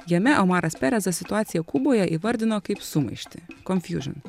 jame omaras peresas situaciją kuboje įvardino kaip sumaištį konfjužin